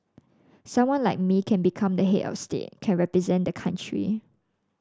someone like me can become the head of state can represent the country